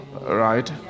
Right